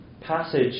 passage